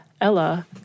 Ella